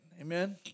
amen